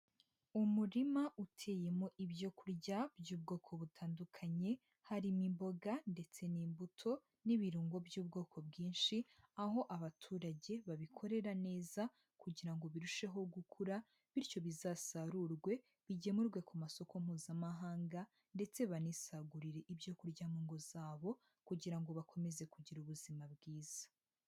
Umurima uteyemo ibyo kurya by'ubwoko butandukanye, harimo imboga ndetse n'imbuto n'ibirungo by'ubwoko bwinshi, aho abaturage babikorera neza kugira birusheho gukura, bityo bizasarurwe bigemurwe ku masoko mpuzamahanga ndetse banisagurire ibyo kurya mu ngo zabo kugira ngo bakomeze kugira ubuzima bwiza.